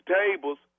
tables